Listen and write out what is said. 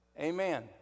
amen